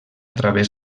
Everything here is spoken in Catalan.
través